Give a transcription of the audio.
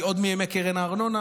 כי עוד מימי קרן הארנונה,